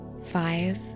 five